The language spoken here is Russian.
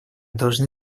должны